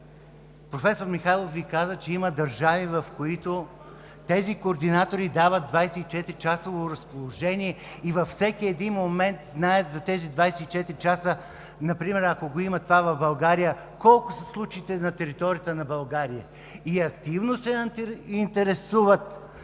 Професор Михайлов каза, че има държави, в които тези координатори дават 24-часово разположение и във всеки един момент от тези 24 часа знаят например, ако го има това в България, колко са случаите на територията на България и активно се интересуват